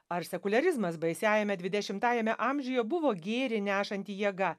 ar sekuliarizmas baisiajame dvidešimtajame amžiuje buvo gėrį nešanti jėga